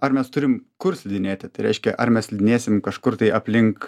ar mes turim kur slidinėti tai reiškia ar mes slidinėsim kažkur tai aplink